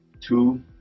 two